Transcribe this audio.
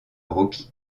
rocky